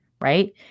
right